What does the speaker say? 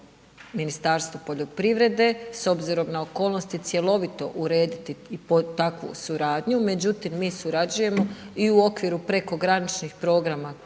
Ministarstvo poljoprivrede s obzirom na okolnosti, cjelovito urediti takvu suradnju. Međutim, mi surađujemo i u okviru prekograničnih programa koje